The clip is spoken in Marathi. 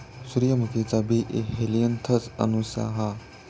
सूर्यमुखीचा बी हेलियनथस एनुस हा